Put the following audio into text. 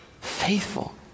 faithful